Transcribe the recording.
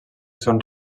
són